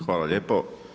Hvala lijepo.